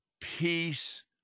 Peace